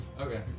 Okay